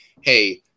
hey